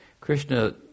Krishna